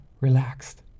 relaxed